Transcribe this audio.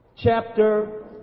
Chapter